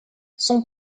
son